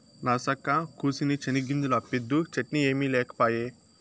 నరసక్కా, కూసిన్ని చెనిగ్గింజలు అప్పిద్దూ, చట్నీ ఏమి లేకపాయే